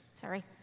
Sorry